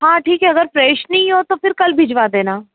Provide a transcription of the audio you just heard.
हाँ ठीक है अगर फ्रेश नहीं हो तो फ़िर कल भिजवा देना